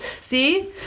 see